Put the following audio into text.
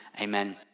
Amen